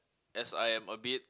as I am a bit